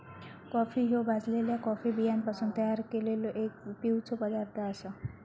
coffee ह्यो भाजलल्या coffee बियांपासून तयार केललो एक पिवचो पदार्थ आसा